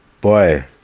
Boy